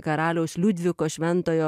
karaliaus liudviko šventojo